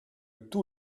tous